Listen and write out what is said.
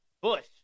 Bush